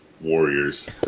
Warriors